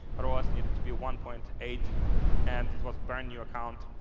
roas needed to be one point eight and it was burned new account.